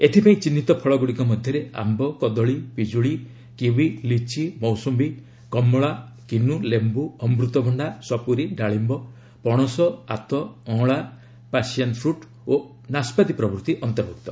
ଏଥିପାଇଁ ଚିହ୍ନିତ ଫଳଗୁଡ଼ିକ ମଧ୍ୟରେ ଆମ୍ବ କଦଳୀ ପିକ୍କୁଳି କିୱି ଲିଚି ମୌସନ୍ଧି କମଳା କିନୁ ଲେମ୍ଭୁ ଅମୃତ ଭଣ୍ଣା ସପୁରୀ ଡାଳିୟ ପଣସ ଆତ ଅଁଳା ପାସିଅନ୍ ଫ୍ରୁଟ୍ ଓ ନାସ୍କାତି ଅନ୍ତର୍ଭ୍ କ୍ତ